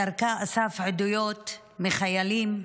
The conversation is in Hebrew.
ודרכה אסף עדויות מחיילים,